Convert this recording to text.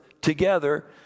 together